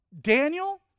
Daniel